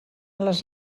les